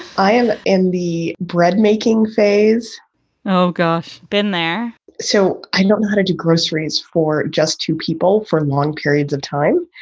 i am in the bread making phase oh, gosh been there so i don't know how to do groceries for just two people for long periods of time.